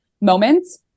moments